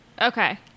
Okay